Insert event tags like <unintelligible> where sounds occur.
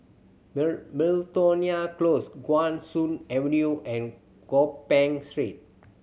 <unintelligible> Miltonia Close Guan Soon Avenue and Gopeng Street